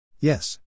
Yes